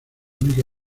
única